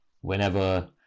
whenever